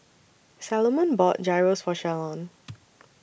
Salomon bought Gyros For Shalon